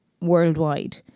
worldwide